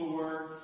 work